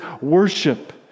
worship